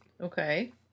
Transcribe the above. Okay